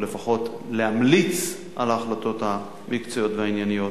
או לפחות להמליץ על ההחלטות המקצועיות והענייניות.